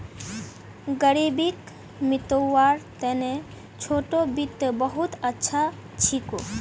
ग़रीबीक मितव्वार तने छोटो वित्त बहुत अच्छा छिको